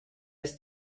ist